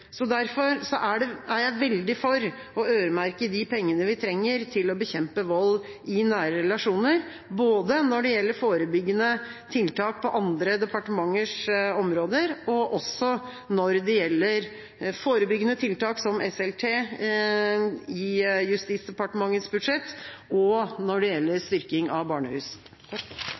Derfor er jeg veldig for å øremerke de pengene vi trenger, til å bekjempe vold i nære relasjoner, både når det gjelder forebyggende tiltak på andre departementers områder, når det gjelder forebyggende tiltak som SLT i Justisdepartementets budsjett, og når det gjelder styrking av barnehus.